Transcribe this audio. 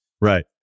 Right